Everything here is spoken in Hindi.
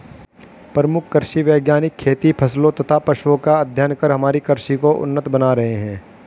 प्रमुख कृषि वैज्ञानिक खेती फसलों तथा पशुओं का अध्ययन कर हमारी कृषि को उन्नत बना रहे हैं